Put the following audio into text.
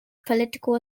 political